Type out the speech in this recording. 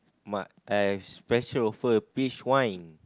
my~ I have special offer peach wine